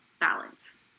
balance